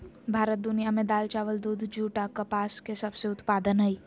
भारत दुनिया में दाल, चावल, दूध, जूट आ कपास के सबसे उत्पादन हइ